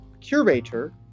curator